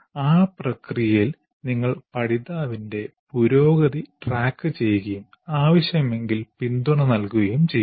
ആ പ്രക്രിയയിൽ നിങ്ങൾ പഠിതാവിന്റെ പുരോഗതി ട്രാക്കുചെയ്യുകയും ആവശ്യമെങ്കിൽ പിന്തുണ നൽകുകയും ചെയ്യുന്നു